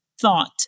thought